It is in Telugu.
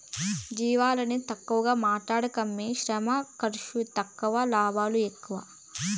జీవాలని తక్కువగా మాట్లాడకమ్మీ శ్రమ ఖర్సు తక్కువ లాభాలు ఎక్కువ